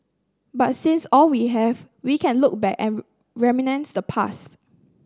but since all we have we can look back and reminisce the past